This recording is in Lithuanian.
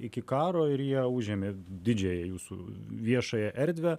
iki karo ir jie užėmė didžiąją jūsų viešąją erdvę